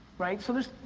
right? so there's,